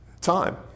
time